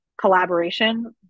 collaboration